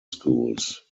schools